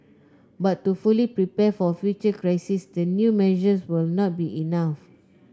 but to fully prepare for future crises the new measures will not be enough